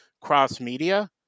cross-media